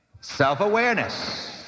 Self-awareness